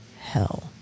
hell